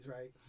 right